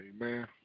Amen